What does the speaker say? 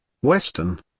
western